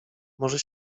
może